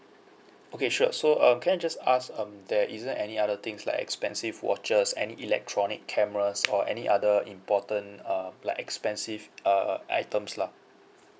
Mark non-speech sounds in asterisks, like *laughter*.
okay sure so um can I just ask um there isn't any other things like expensive watches any electronic cameras *noise* or any other important um like expensive uh items lah